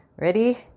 Ready